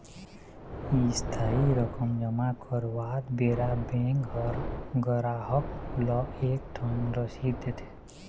इस्थाई रकम जमा करवात बेरा बेंक ह गराहक ल एक ठन रसीद देथे